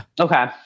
okay